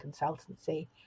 consultancy